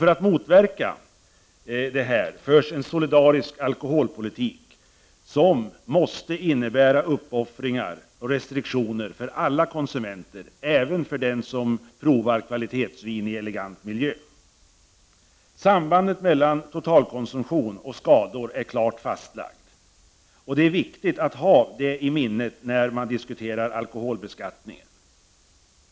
För att motverka detta förs en solidarisk alkoholpolitik, som måste innebära uppoffringar och restriktioner för alla konsumenter — även för dem som vill prova kvalitetsvin i elegant miljö. Sambandet mellan total konsumtion och skador är klart fastlagt. Det är viktigt att ha detta i minnet när man diskuterar alkoholbeskattning.